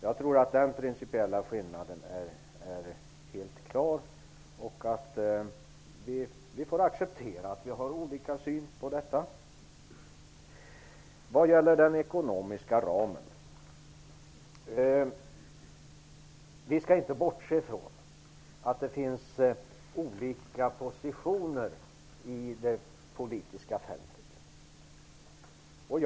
Jag tror att den principiella skillnaden är helt klar och att vi får acceptera att vi har olika syn på detta. När det gäller den ekonomiska ramen skall vi inte bortse från att det finns olika positioner inom det politiska fältet.